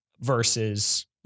versus